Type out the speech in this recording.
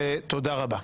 ותודה רבה.